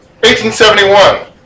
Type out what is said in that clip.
1871